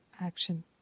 action